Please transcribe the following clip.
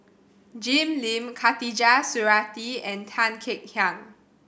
Jim Lim Khatijah Surattee and Tan Kek Hiang